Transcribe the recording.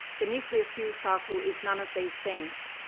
the nuclear fuel cycle is none of these things.